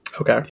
Okay